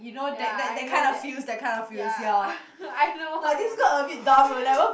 ya I know that ya I know what you mean